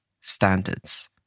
standards